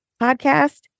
podcast